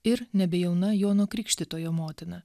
ir nebejauna jono krikštytojo motina